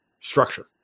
structure